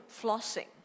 flossing